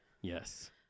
Yes